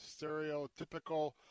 stereotypical